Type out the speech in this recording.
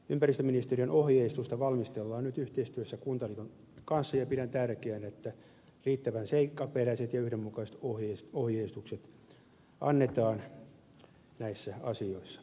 ympäristöministeriön ohjeistusta valmistellaan nyt yhteistyössä kuntaliiton kanssa ja pidän tärkeänä että riittävän seikkaperäiset ja yhdenmukaiset ohjeistukset annetaan näissä asioissa